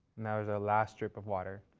and that was our last drop of water.